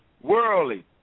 worldly